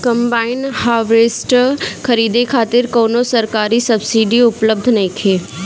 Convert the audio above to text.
Combine harvester खरीदे खातिर कउनो सरकारी सब्सीडी उपलब्ध नइखे?